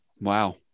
wow